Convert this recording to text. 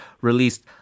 released